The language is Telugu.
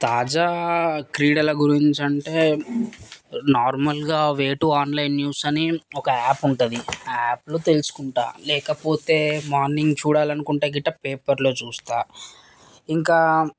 తాజా క్రీడల గురించి అంటే నార్మల్గా వే టూ ఆన్లైన్ న్యూస్ అని ఒక యాప్ ఉంటుంది ఆ యాప్లో తెలుసుకుంటాను లేకపోతే మార్నింగ్ చూడాలనుకుంటే గట్టా పేపర్లో చూస్తాను ఇంకా